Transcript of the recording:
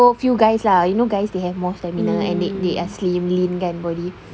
so a few guys lah you know guys they have more stamina and they they are slim kan body